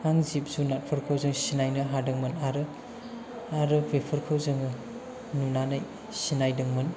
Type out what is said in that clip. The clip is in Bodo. जिब जुनाफोरखौ जों सिनायनो हादोंमोन आरो बेफोरखौ जों नुनानै सिनायदोंमोन